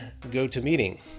GoToMeeting